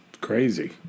Crazy